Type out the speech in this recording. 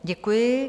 Děkuji.